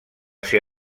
ser